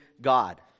God